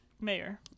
mayor